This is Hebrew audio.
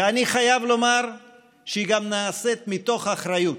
ואני חייב לומר שהיא גם נעשית מתוך אחריות,